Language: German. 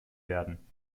werden